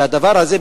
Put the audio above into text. שהדבר הזה,